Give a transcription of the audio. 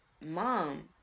mom